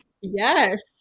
Yes